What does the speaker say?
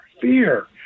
fear